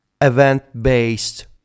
event-based